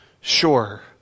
sure